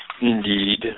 indeed